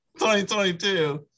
2022